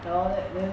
ya lor that then